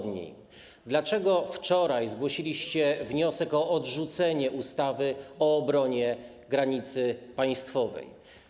Dlaczego wczoraj zgłosiliście wniosek o odrzucenie ustawy o obronie granicy państwowej?